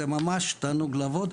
זה ממש תענוג לעבוד.